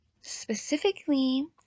specifically